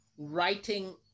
Writing